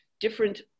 different